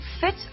fit